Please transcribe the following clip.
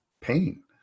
pain